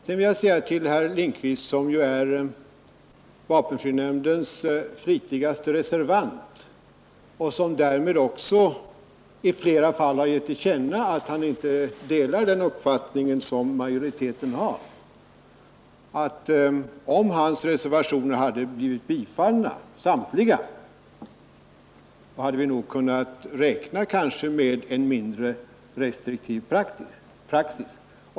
Sedan vill jag säga till herr Lindkvist, som ju är vapenfrinämndens flitigaste reservant och som dämed i flera fall har givit till känna att han inte delar den uppfattning som majoriteten har, att om samtliga hans reservationer hade blivit bifallna hade vi kanske kunnat räkna med en mindre restriktiv praxis.